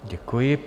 Děkuji.